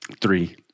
Three